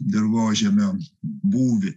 dirvožemio būvį